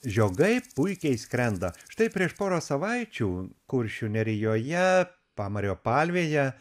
žiogai puikiai skrenda štai prieš porą savaičių kuršių nerijoje pamario palvėje